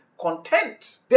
content